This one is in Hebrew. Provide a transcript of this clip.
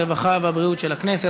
הרווחה והבריאות של הכנסת.